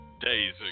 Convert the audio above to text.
days